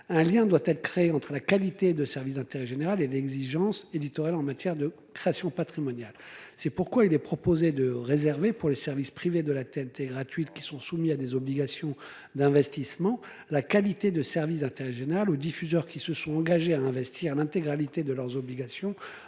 Un lien doit être créé entre la qualité de service d'intérêt général et l'exigence éditoriale en matière de création patrimoniale. C'est pourquoi il est proposé de réserver, pour les services privés de la TNT gratuite qui sont soumis à des obligations d'investissement, la qualité de service d'intérêt général aux diffuseurs qui se sont engagés à investir l'intégralité de leurs obligations